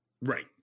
Right